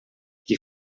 qui